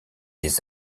les